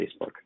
Facebook